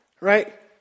Right